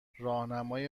راهنمای